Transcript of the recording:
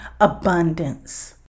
abundance